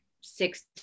six